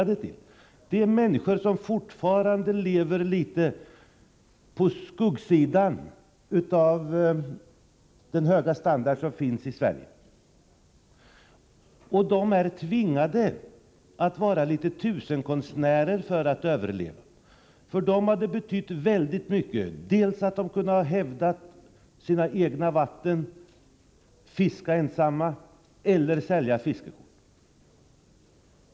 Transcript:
Dessa människor lever fortfarande, trots den höga standard som vi har i Sverige, litet på livets skuggsida. De måste vara något av tusenkonstnärer för att överleva. För dem har det betytt väldigt mycket att de har kunnat hävda sina egna vatten, fiska ensamma eller sälja fiskekort.